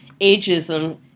ageism